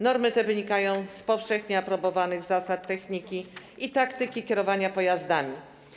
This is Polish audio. Normy te wynikają z powszechnie aprobowanych zasad techniki i taktyki kierowania pojazdami.